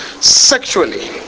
sexually